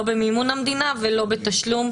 לא במימון המדינה ולא בתשלום.